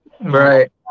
Right